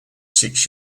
six